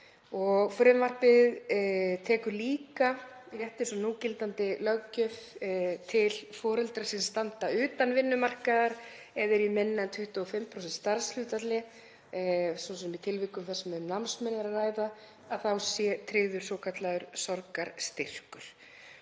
Frumvarpið tekur líka, rétt eins og núgildandi löggjöf, til foreldra sem standa utan vinnumarkaðar eða eru í minna en 25% starfshlutfalli, svo sem í tilvikum þar sem um námsmenn er að ræða að þá sé tryggður svokallaður sorgarstyrkur.